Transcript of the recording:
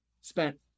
spent